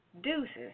deuces